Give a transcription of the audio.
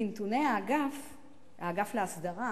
מנתוני האגף להסדרה